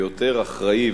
ויותר אחראי,